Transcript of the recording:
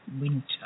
winter